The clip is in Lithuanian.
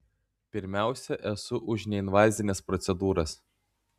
pirmiausia esu už neinvazines procedūras